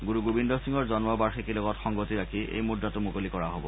গুৰু গোবিন্দ সিঙৰ জন্ম বাৰ্ষিকীৰ লগত সংগতি ৰাখি এই মুদ্ৰাটো মুকলি কৰা হব